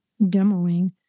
demoing